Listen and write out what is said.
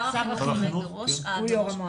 שר החינוך הוא ראש המועצה.